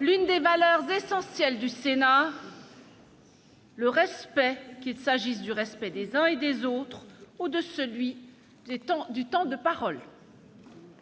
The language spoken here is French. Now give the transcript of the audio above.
l'une des valeurs essentielles du Sénat le respect qu'il s'agisse du respect des uns et des autres ou de celui du temps,